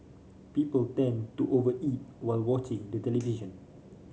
people tend to over eat while watching the television